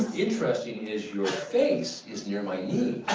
interesting is your face is near my knee.